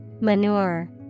Manure